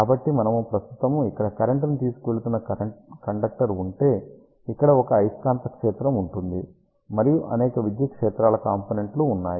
కాబట్టి మనము ప్రస్తుతము ఇక్కడ కరెంట్ ని తీసుకెళుతున్న కండక్టర్ ఉంటే ఇక్కడ ఒక అయస్కాంత క్షేత్రం ఉంటుంది మరియు అనేక విద్యుత్ క్షేత్రాల కాంపోనెంట్లు ఉన్నాయి